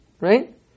right